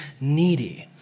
needy